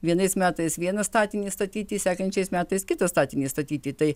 vienais metais vieną statinį statyti sekančiais metais kitą statinį statyti tai